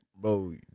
Bro